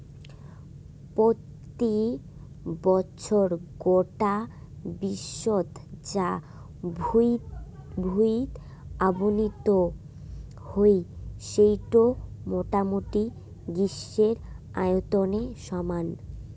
পত্যি বছর গোটা বিশ্বত যা ভুঁই অবনতি হই সেইটো মোটামুটি গ্রীসের আয়তনের সমান